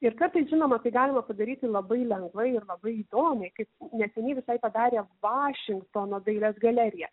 ir kartais žinoma tai galima padaryti labai lengvai ir labai įdomiai kaip neseniai visai padarė vašingtono dailės galerija